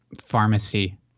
pharmacy